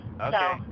Okay